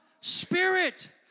Spirit